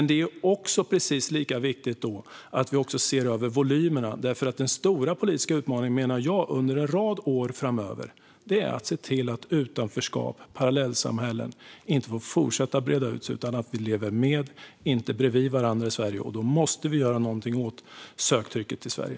Det är dock precis lika viktigt att vi även ser över volymerna, för jag menar att den stora politiska utmaningen under en rad år framöver är att se till att utanförskap och parallellsamhällen inte får fortsätta breda ut sig. Vi ska leva med och inte bredvid varandra i Sverige, och därför måste vi göra någonting åt söktrycket till Sverige.